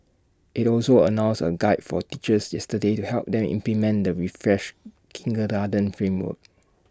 IT also announced A guide for teachers yesterday to help them implement the refreshed kindergarten framework